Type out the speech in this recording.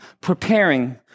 preparing